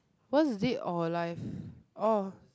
what's dead or alive orh